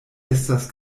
estas